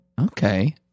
okay